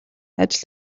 ажил